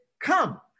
come